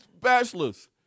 bachelors